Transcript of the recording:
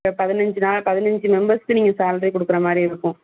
இப்போ பதினஞ்சு நாள் பதினஞ்சு மெம்பெர்ஸ்க்கு நீங்கள் சால்ரி கொடுக்கற மாதிரி இருக்கும்